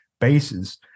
bases